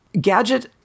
gadget